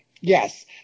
Yes